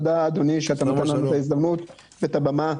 תודה אדוני שאתה נותן לנו את ההזדמנות ואת הבמה.